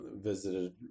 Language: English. visited